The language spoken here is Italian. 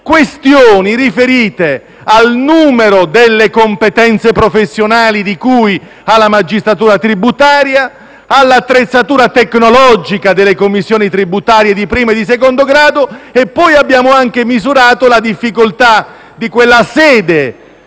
questioni riferite al numero delle competenze professionali di cui alla magistratura tributaria, all'attrezzatura tecnologica delle commissioni tributarie di primo e secondo grado e poi abbiamo anche misurato la difficoltà della sede,